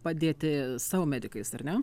padėti savo medikais ar ne